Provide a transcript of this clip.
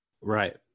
Right